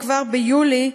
ביולי,